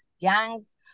gangs